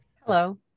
Hello